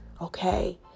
Okay